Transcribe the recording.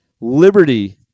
Liberty